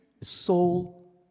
soul